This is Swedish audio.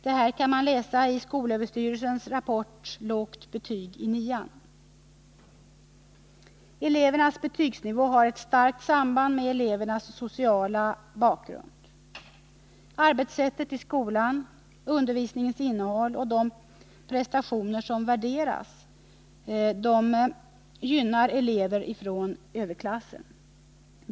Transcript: Detta kan man läsa i skolöverstyrelsens rapport Lågt betyg i nian. Elevernas betygsnivå har ett starkt samband med elevernas sociala bakgrund. Arbetssättet i skolan, undervisningens innehåll och de prestationer som värderas positivt gynnar elever från överklassen.